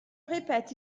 répète